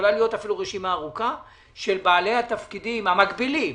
יכולה להיות אפילו רשימה ארוכה של בעלי התפקידים המקבילים.